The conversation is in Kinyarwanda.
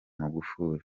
magufuli